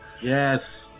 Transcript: yes